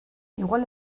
igual